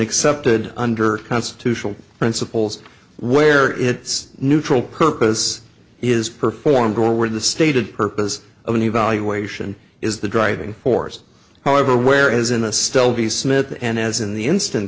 accepted under constitutional principles where it's neutral purpose is performed or where the stated purpose of an evaluation is the driving force however where is in a still be smith and as in the instant